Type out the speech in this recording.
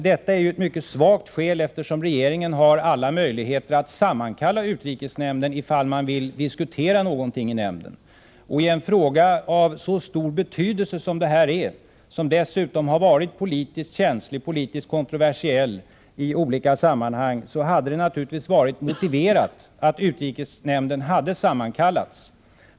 Detta är ett mycket svagt skäl, eftersom regeringen har alla möjligheter att sammankalla utrikesnämnden om man vill diskutera någonting i nämnden. I en fråga av så stor betydelse som den här, som dessutom har varit politiskt känslig och kontroversiell i olika sammanhang, hade det naturligtvis varit motiverat att sammankalla utrikesnämnden.